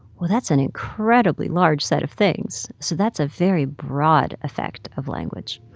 well, that's an incredibly large set of things, so that's a very broad effect of language.